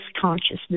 consciousness